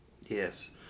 yes